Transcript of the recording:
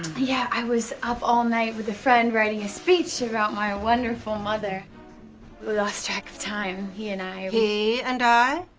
yeah, i was up all night with a friend writing a speech about my wonderful mother. we lost track of time, he and i. he and i?